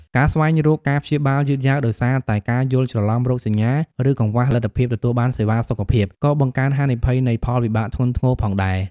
ការស្វែងរកការព្យាបាលយឺតយ៉ាវ ដោយសារតែការយល់ច្រឡំរោគសញ្ញា ឬកង្វះលទ្ធភាពទទួលបានសេវាសុខភាព ក៏បង្កើនហានិភ័យនៃផលវិបាកធ្ងន់ធ្ងរផងដែរ។